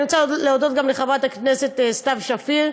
אני רוצה להודות גם לחברת הכנסת סתיו שפיר,